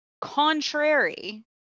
contrary